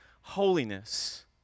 holiness